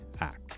act